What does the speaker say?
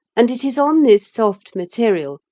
and it is on this soft material,